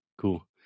Cool